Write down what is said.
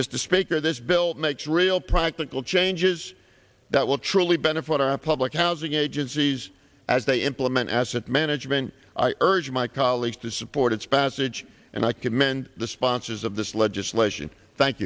mr speaker this bill makes real practical changes that will truly benefit our public housing agencies as they implement asset management i urge my colleagues to support its passage and i commend the sponsors of this legislation thank